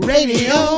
Radio